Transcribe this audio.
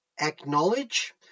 Acknowledge